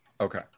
okay